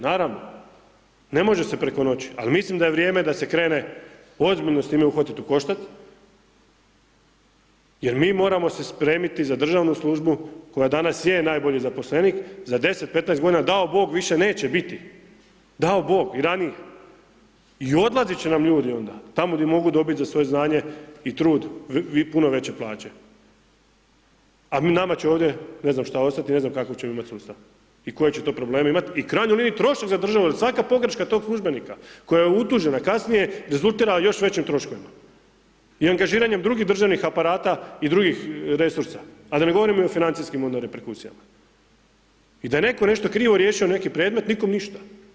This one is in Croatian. Naravno, ne može se preko noći, ali mislim da je vrijeme da se krene ozbiljno s time uhvatiti u koštac jer mi moramo se spremiti za državnu službu koja danas je najbolji zaposlenik, za 10, 15 godina, dao Bog više neće biti, dao Bog i ranije i odlazit će nam ljudi onda, tamo gdje mogu dobiti za svoje znanje i trud puno veće plaće, a nama će ovdje, ne znam šta ostati, ne znam kakav ćemo imati sustav i koje će to probleme imat i u krajnjoj liniji trošak za državu jer svaka pogreška tog službenika koja je utužena, kasnije rezultira još većim troškovima i angažiranjem drugih državnih aparata i drugih resursa, a da ne govorim i o financijskim onda reperkusijama i da je netko nešto krivo riješio neki predmet, nikome ništa.